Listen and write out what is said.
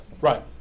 Right